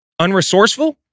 Unresourceful